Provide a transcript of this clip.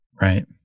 Right